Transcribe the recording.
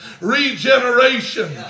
regeneration